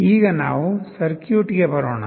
ಈಗ ನಾವು ಸರ್ಕ್ಯೂಟ್ ಗೆ ಬರೋಣ